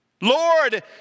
Lord